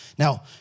Now